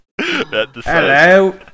Hello